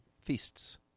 feasts